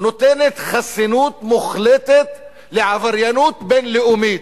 נותנת חסינות מוחלטת לעבריינות בין-לאומית,